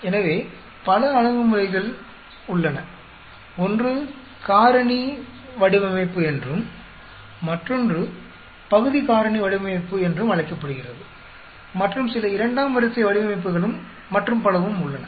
எனவே பல அணுகுமுறைகள் உள்ளன ஒன்று காரணி வடிவமைப்பு என்றும் மற்றொன்று பகுதி காரணி வடிவமைப்பு என்றும் அழைக்கப்படுகிறது மற்றும் சில இரண்டாம் வரிசை வடிவமைப்புகளும் மற்றும் பலவும் உள்ளன